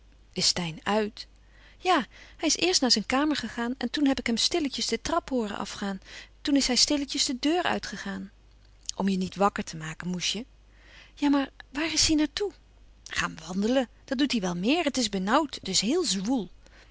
steyn uit ja hij is eerst naar zijn kamer gegaan en toen heb ik hem stilletjes de trap hooren afgaan toen is hij stilletjes de deur uitgegaan om je niet wakker te maken moesje ja maar waar is hij naar toe gaan wandelen dat doet hij wel meer het is benauwd het is heel zwoel